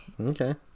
Okay